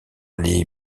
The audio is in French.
les